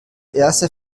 erste